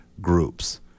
groups